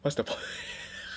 what's the point